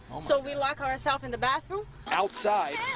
so we lock ourself in the but outside